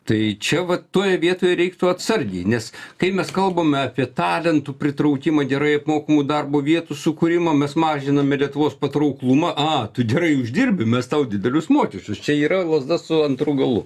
tai čia va toje vietoje reiktų atsargiai nes kai mes kalbame apie talentų pritraukimą gerai apmokamų darbo vietų sukūrimą mes mažiname lietuvos patrauklumą a tu gerai uždirbi mes tau didelius mokesčius čia yra lazda su antru galu